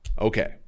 okay